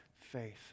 Faith